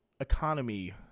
economy